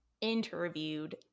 interviewed